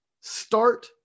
start